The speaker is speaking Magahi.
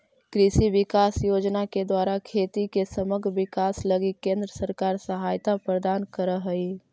कृषि विकास योजना के द्वारा खेती के समग्र विकास लगी केंद्र सरकार सहायता प्रदान करऽ हई